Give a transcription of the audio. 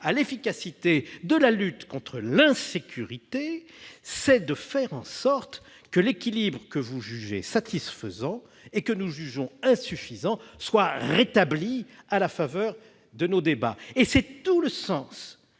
à l'efficacité de la lutte contre l'insécurité, est de faire en sorte que l'équilibre que vous jugez satisfaisant et que nous jugeons insuffisant soit rétabli à la faveur de nos travaux. C'est tout l'objet